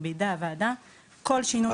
אלא בידי הוועדה וכל שינוי בתוכנית.